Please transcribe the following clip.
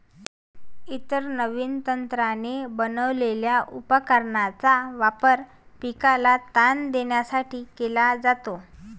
इतर नवीन तंत्राने बनवलेल्या उपकरणांचा वापर पिकाला ताण देण्यासाठी केला जातो